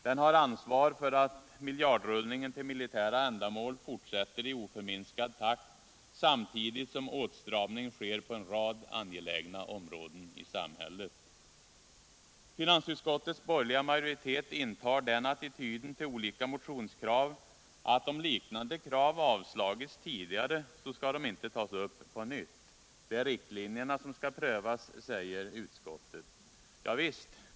Den har ansvar för att miljardrullningen till militära ändamål fortsätter i oförminskad takt, samtidigt som åtstramning sker på en rad angelägna områden i samhället. Finansutskottets borgerliga majoritet intar den attityden till olika motionskrav att om liknande krav avslagits tidigare, så skall de inte tas upp på nytt. Det är riktlinjerna som skall prövas, säger utskottet. Javisst!